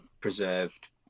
preserved